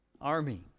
army